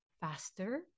faster